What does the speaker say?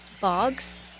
bogs